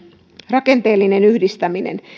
rakenteellinen yhdistäminen